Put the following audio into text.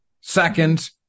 Second